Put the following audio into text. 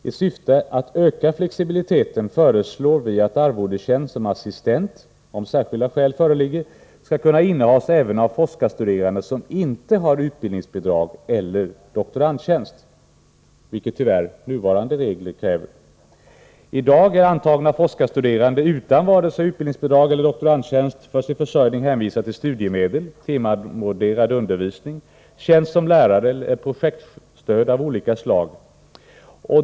I syfte att öka flexibiliteten föreslår vi att arvodestjänst som assistent, om särskilda skäl föreligger, skall kunna innehas även av forskarstuderande som inte har utbildningsbidrag eller doktorandtjänst, vilket tyvärr nuvarande regler kräver. I dag är antagna forskarstuderande utan vare sig utbildningsbidrag eller doktorandtjänst för sin försörjning hänvisade till studiemedel, timarvoderad undervisning, tjänst som lärare eller projektstöd av olika slag.